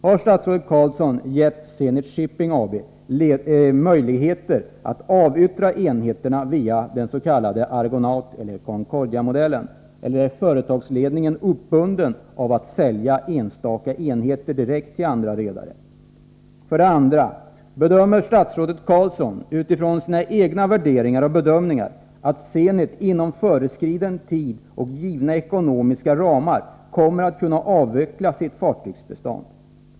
Har statsrådet Carlsson gett Zenit Shipping AB möjligheter att avyttra enheter via den s.k. Argonauteller Concordiamodellen? Eller är företagsledningen uppbunden av att sälja enstaka enheter direkt till andra redare? 2. Bedömer statsrådet Carlsson — utifrån sina egna värderingar och bedömningar — att Zenit inom föreskriven tid och givna ekonomiska ramar kommer att kunna avveckla sitt fartygsbestånd?